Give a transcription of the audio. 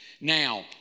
Now